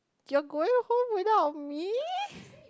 you're going home without me